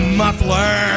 muffler